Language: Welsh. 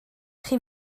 chi